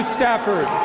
Stafford